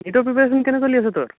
নীটৰ প্ৰিপাৰেশ্যন কেনে চলি আছে তোৰ